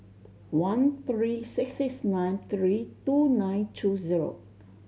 one three six six nine three two nine two zero